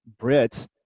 Brits